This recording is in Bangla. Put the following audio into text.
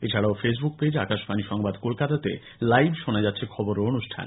এছাড়াও ফেসবুক পেজ আকাশবাণী সংবাদ কলকাতাতে লাইভ শোনা যাচ্ছে খবর ও অনুষ্ঠান